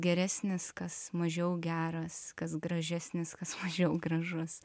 geresnis kas mažiau geras kas gražesnis kas mažiau gražus